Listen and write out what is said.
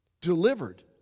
Delivered